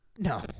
No